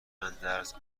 اندرز